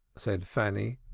said fanny,